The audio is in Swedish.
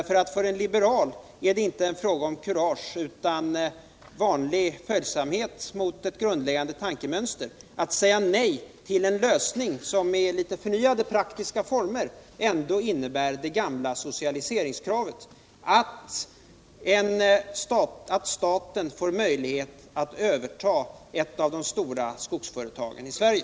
För en liberal är det inte fråga om kurage utan om vanlig följsamhet mot ett grundläggande tankemönster att säga nej till en lösning som i nya praktiska former innebär det gamla socialiseringskravet, att staten skall få möjlighet att överta ett av de stora skogsföretagen i Sverige.